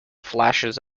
flashes